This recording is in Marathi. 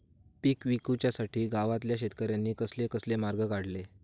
पीक विकुच्यासाठी गावातल्या शेतकऱ्यांनी कसले कसले मार्ग काढले?